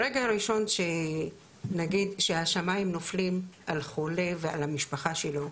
ברגע הראשון שהשמיים נופלים על חולה ועל המשפחה שלו,